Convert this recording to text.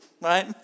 right